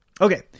Okay